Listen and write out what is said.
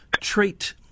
trait